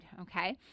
Okay